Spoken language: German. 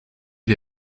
die